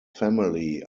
family